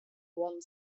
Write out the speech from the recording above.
one